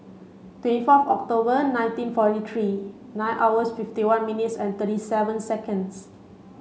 twenty four October nineteen forty three nine hours fifty one minutes and thirty seven seconds